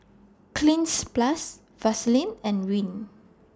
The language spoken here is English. Cleanz Plus Vaselin and Rene